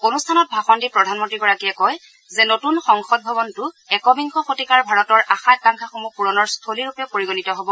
অনুষ্ঠানত ভাষণ দি প্ৰধানমন্ত্ৰীগৰাকীয়ে কয় যে নতুন সংসদ ভৱনটো একবিংশ শতিকাৰ ভাৰতৰ আশা আকাংক্ষাসমূহ পূৰণৰ স্থলীৰূপে পৰিগণিত হব